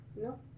No